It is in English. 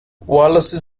wallace